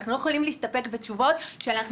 אנחנו לא יכולים להסתפק בתשובות שאנחנו